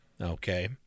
okay